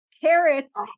carrots